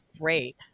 great